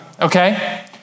Okay